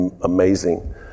amazing